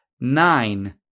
nine